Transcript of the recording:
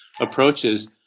approaches